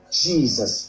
jesus